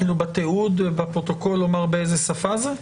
בתיעוד, בפרוטוקול, לומר באיזו שפה זה נערך?